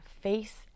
face